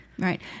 Right